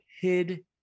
hid